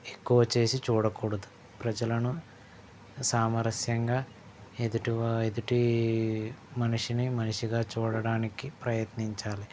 ఎక్కువ చేసి చూడకూడదు ప్రజలను సామరస్యంగా ఎదుటివారి ఎదుటి మనిషిని మనిషిగా చూడటానికి ప్రయత్నించాలి